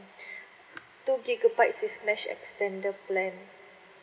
two gigabytes with mesh extender plan